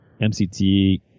MCT